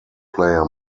player